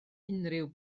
unrhyw